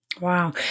wow